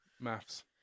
maths